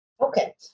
Okay